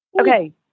okay